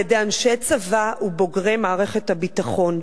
על-ידי אנשי צבא ובוגרי מערכת הביטחון.